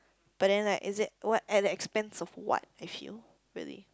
but then like is it what at the expense of what I feel really